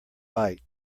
byte